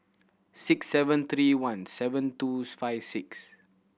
six seven three one seven twos five six